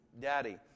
daddy